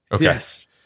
Yes